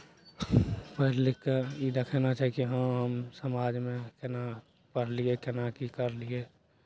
पढ़ि लिखि कऽ ई देखयना चाही कि हँ हम समाजमे केना पढ़लियै केना की करलियै